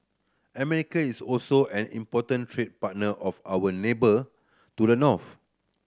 America is also an important trade partner of our neighbour to the north